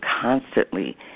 constantly